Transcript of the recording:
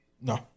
No